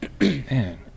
Man